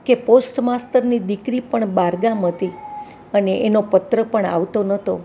કે પોસ્ટ માસ્ટરની દીકરી પણ બહારગામ હતી અને એનો પત્ર પણ આવતો નહોતો